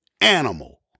animal